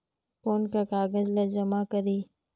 कौन का कागज ला जमा करी?